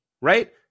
right